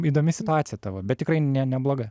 įdomi situacija tavo bet tikrai ne nebloga